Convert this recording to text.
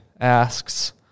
asks